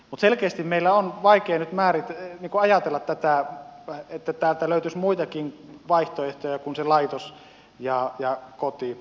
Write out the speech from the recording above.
mutta selkeästi meidän on vaikea nyt ajatella tätä että täältä löytyisi muitakin vaihtoehtoja kuin se laitos ja koti